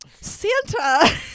Santa